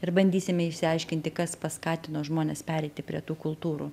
ir bandysime išsiaiškinti kas paskatino žmones pereiti prie tų kultūrų